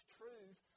truth